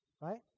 right